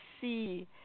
see